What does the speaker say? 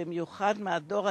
במיוחד מהדור הצעיר,